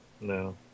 No